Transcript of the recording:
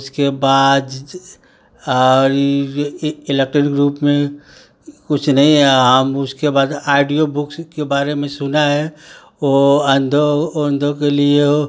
उसके बाज और इलेक्ट्रॉनिक रूप में कुछ नहीं हम उसके बाद आडियोबुक्स के बारे में सुना है वो अंधों अंधों के लिए